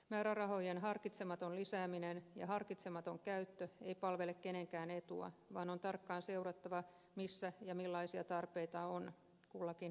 määrärahojen harkitsematon lisääminen ja harkitsematon käyttö ei palvele kenenkään etua vaan on tarkkaan seurattava missä ja millaisia tarpeita on kullakin hetkellä